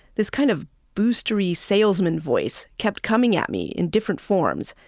this kind of boostery, salesman's voice kept coming at me in different forms,